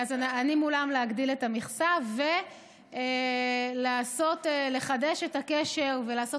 אז אני מולם להגדיל את המכסה ולחדש את הקשר ולעשות